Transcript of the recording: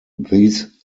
these